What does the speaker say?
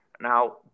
Now